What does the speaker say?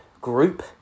group